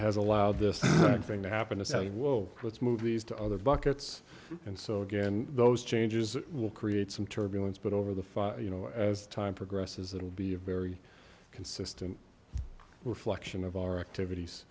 has allowed this thing to happen to say well what's movies to other buckets and so again those changes will create some turbulence but over the far you know as time progresses that will be a very consistent reflection of our activities